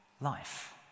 life